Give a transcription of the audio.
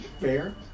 Fair